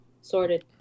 sorted